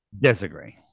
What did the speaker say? Disagree